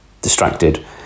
distracted